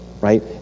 Right